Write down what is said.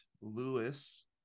lewis